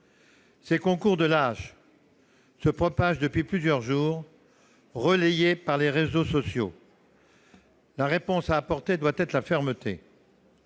Ces concours de lâches se propagent depuis plusieurs jours, relayés par les réseaux sociaux. La réponse à apporter doit être la fermeté.